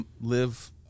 live